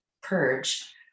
purge